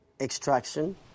extraction